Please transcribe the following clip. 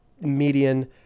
median